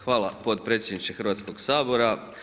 Hvala potpredsjedniče Hrvatskoga sabora.